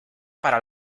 para